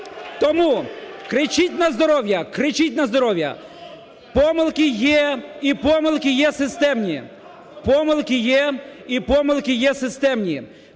залі) Кричіть на здоров'я! Кричіть на здоров'я! Помилки є, і помилки є системні.